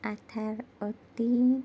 اطہر الدین